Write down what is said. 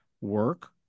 work